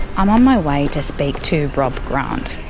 i'm on my way to speak to rob grant.